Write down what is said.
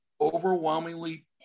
Overwhelmingly